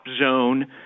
zone